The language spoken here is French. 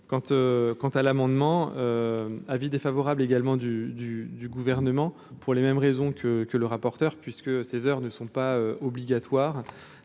quant à l'amendement avis défavorable également du du du gouvernement pour les mêmes raisons que que le rapporteur. Puisque ces heures ne sont pas obligatoires